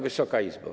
Wysoka Izbo!